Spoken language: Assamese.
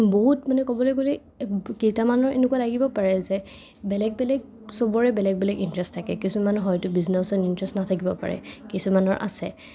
বহুত মানে ক'বলৈ গ'লে কেইটামানৰ এনেকুৱা লাগিব পাৰে যে বেলেগ বেলেগ সবৰে বেলেগ বেলেগ ইণ্টাৰেষ্ট থাকে কিছুমানৰ হয়তো বিজনেচত ইণ্টাৰেষ্ট নাথাকিব পাৰে কিছুমানৰ আছে